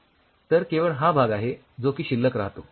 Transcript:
तर केवळ हा भाग आहे जो कि शिल्लक राहतो